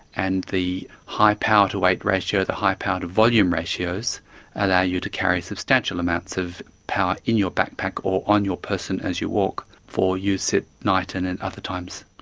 and the high power to weight ratio, the high power to volume ratios allow you to carry substantial amounts of power in your backpack or on your person as you walk for use at night and in other times.